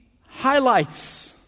highlights